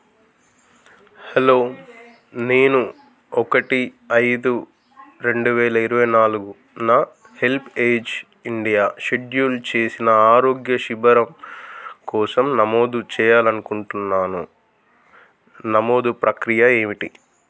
hello నేను ఒకటి ఐదు రెండు వేల ఇరవై నాలుగున హెల్ప్ఏజ్ ఇండియా షెడ్యూల్ చేసిన ఆరోగ్య శిబరం కోసం నమోదు చేయాలి అనుకుంటున్నాను నమోదు ప్రక్రియ ఏమిటి